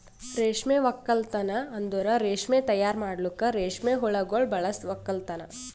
ರೇಷ್ಮೆ ಒಕ್ಕಲ್ತನ್ ಅಂದುರ್ ರೇಷ್ಮೆ ತೈಯಾರ್ ಮಾಡಲುಕ್ ರೇಷ್ಮೆ ಹುಳಗೊಳ್ ಬಳಸ ಒಕ್ಕಲತನ